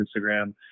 Instagram